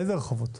איזה רחובות?